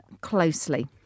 closely